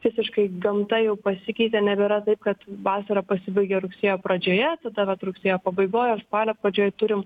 visiškai gamta jau pasikeitė nebėra taip kad vasara pasibaigė rugsėjo pradžioje tada vat rugsėjo pabaigoj ar spalio pradžioj turim